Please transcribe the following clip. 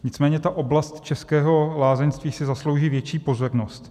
Nicméně oblast českého lázeňství si zaslouží větší pozornost.